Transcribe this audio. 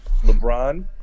LeBron